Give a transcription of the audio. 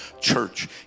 church